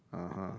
(uh huh)